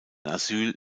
asyl